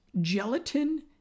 gelatin